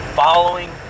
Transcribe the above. following